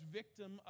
victim